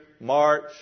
March